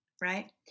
right